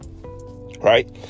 right